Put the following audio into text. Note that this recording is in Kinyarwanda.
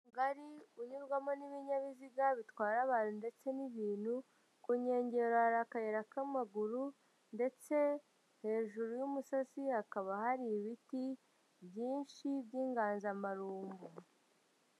Umuhanda mugari unyurwamo n'ibinyabiziga bitwara abantu ndetse n'ibintu, ku nkengero hari akayira k'amaguru ndetse hejuru y'umusozi hakaba hari ibiti byinshi by'inganzamarumbo.